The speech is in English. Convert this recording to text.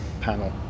panel